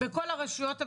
שלושה שבועות.